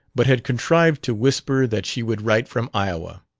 but had contrived to whisper that she would write from iowa.